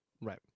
Right